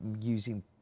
using